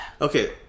Okay